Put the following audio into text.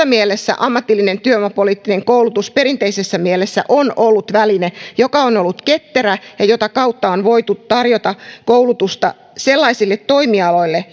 mielessä ammatillinen työvoimapoliittinen koulutus perinteisessä mielessä on ollut väline joka on ollut ketterä ja jonka kautta on voitu tarjota koulutusta sellaisille toimialoille